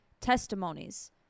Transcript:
testimonies